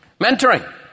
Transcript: Mentoring